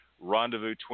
Rendezvous